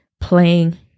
playing